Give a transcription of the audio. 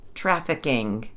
trafficking